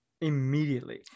immediately